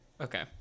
Okay